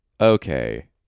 okay